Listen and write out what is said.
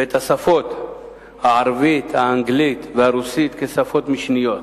ואת השפות ערבית, אנגלית ורוסית כשפות משניות.